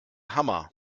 hammer